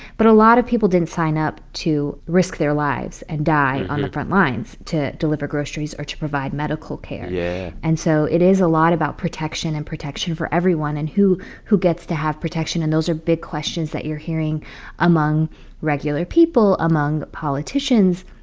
but a lot of people didn't sign up to risk their lives and die on the frontlines to deliver groceries or to provide medical care yeah and so it is a lot about protection and protection for everyone and who who gets to have protection. and those are big questions that you're hearing among regular people, among politicians.